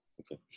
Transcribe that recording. Okay